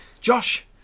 josh